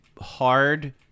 hard